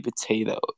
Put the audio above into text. potato